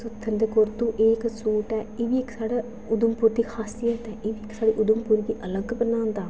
सुत्थन ते कुरतू एह् इक सूट ऐ एह् बी साढ़े उधमपुर दी इक खास्यित ऐ एह् इक उधमुपर गी इक अलग बनांदा